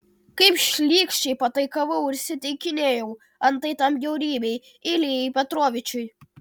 kaip šlykščiai pataikavau ir įsiteikinėjau antai tam bjaurybei iljai petrovičiui